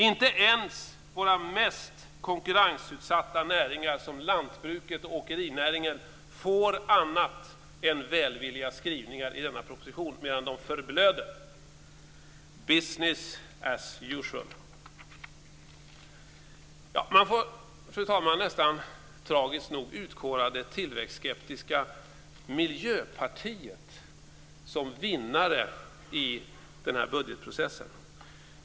Inte ens våra mest konkurrensutsatta näringar, som lantbruket och åkerinäringen, får annat än välvilliga skrivningar i denna proposition medan de förblöder. Business as usual. Fru talman! Man får tragiskt nog kora det tillväxtskeptiska Miljöpartiet som vinnare i budgetprocessen.